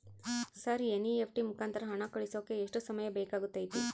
Sir NEFT ಮುಖಾಂತರ ಹಣ ಕಳಿಸೋಕೆ ಎಷ್ಟು ಸಮಯ ಬೇಕಾಗುತೈತಿ?